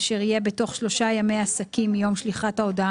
אשר יהיה בתוך שלושה ימי עסקים מיום שליחת ההודעה